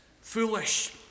foolish